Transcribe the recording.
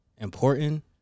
important